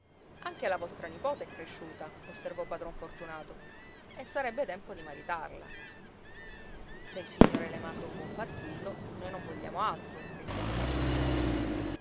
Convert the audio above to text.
anche la vostra nipote è cresciuta osservò padron fortunato e sarebbe tempo di maritarla se il signore le manda un buon partito noi non vogliamo altro rispose padron ntoni